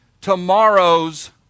tomorrow's